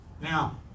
Now